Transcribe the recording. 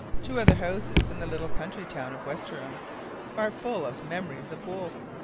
two other houses in the little country town of westerham are full of memories of wolfe.